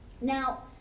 Now